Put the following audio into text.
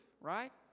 right